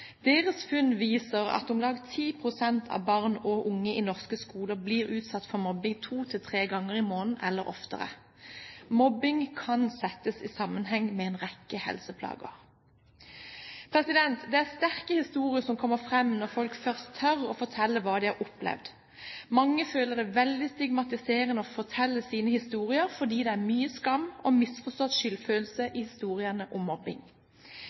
Deres funn viser at om lag 10 pst. av barn og unge i norske skoler blir utsatt for mobbing to–tre ganger i måneden eller oftere. Mobbing kan settes i sammenheng med en rekke helseplager. Det er sterke historier som kommer fram når folk først tør å fortelle hva de har opplevd. Mange føler det veldig stigmatiserende å fortelle sine historier, fordi det er mye skam og misforstått skyldfølelse i historiene om mobbing.